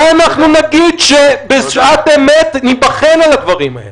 מה אנחנו נגיד כשבשעת אמת ניבחן על הדברים האלה?